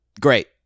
great